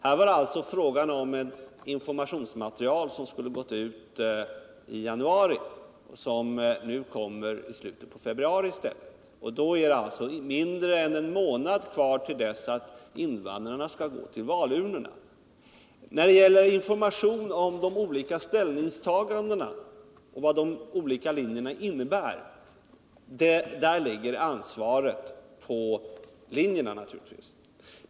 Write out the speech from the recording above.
Här är det fråga om informationsmaterial som skulle ha gått ut i januari och som nu i stället kommer i slutet på februari. Då är det mindre än en månad kvar tills invandrarna skall gå till valurnorna. Ansvaret för informationen om vad de olika linjerna innebär ligger naturligtvis på företrädarna för linjerna.